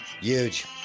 huge